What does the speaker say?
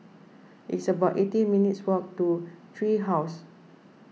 it's about eighteen minutes' walk to Tree House